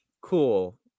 cool